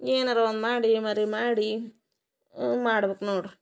ಏನಾರೂ ಒಂದು ಮಾಡಿ ಮರೆ ಮಾಡಿ ಮಾಡ್ಬೇಕು ನೋಡಿರಿ